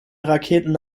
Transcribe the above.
raketen